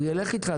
הוא יילך איתך,